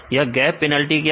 यह gap penalty क्या है